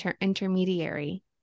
intermediary